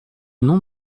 non